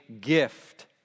gift